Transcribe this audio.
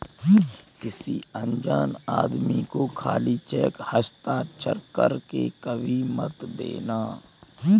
किसी अनजान आदमी को खाली चेक हस्ताक्षर कर के कभी मत देना